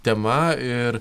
tema ir